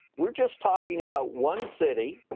we're just talking about one city,